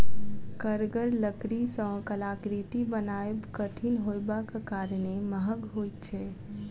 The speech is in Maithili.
कड़गर लकड़ी सॅ कलाकृति बनायब कठिन होयबाक कारणेँ महग होइत छै